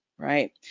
Right